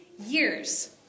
Years